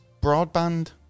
broadband